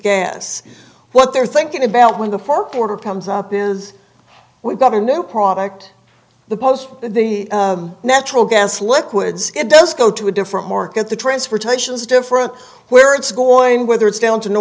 gas what they're thinking about when the fork water comes up is we've got a new product the post the natural gas liquids it does go to a different market the transportation is different where it's going whether it's down to new